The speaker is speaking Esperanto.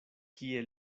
kie